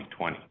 2020